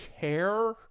care